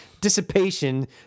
dissipation